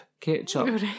ketchup